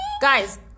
guys